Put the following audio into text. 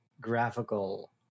graphical